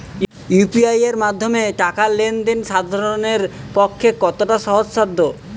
UPI এর মাধ্যমে টাকা লেন দেন সাধারনদের পক্ষে কতটা সহজসাধ্য?